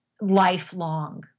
lifelong